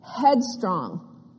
headstrong